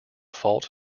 fault